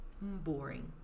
boring